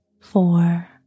Four